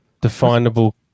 definable